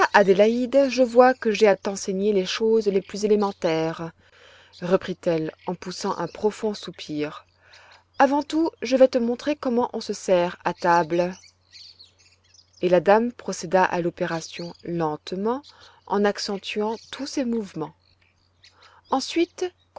adélaïde je vois que j'ai à t'enseigner les choses les plus élémentaires reprit-elle en poussant un profond soupir avant tout je vais te montrer comment on se sert à table et la dame procéda à l'opération lentement en accentuant tous ses mouvements ensuite